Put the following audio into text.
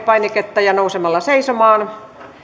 painiketta ja nousemalla seisomaan